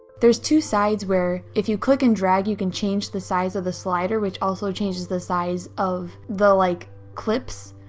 there's two sides where, if you click and drag you can change the size of the slider which also changes the size of the like clips.